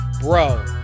Bro